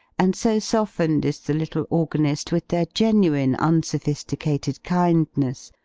and so softened is the little organist with their genuine unsophisticated kindness,